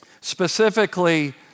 specifically